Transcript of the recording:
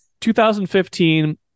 2015